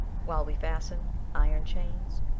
while we fasten iron chains,